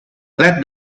let